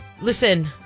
Listen